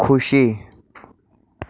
ખુશી